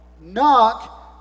knock